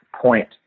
point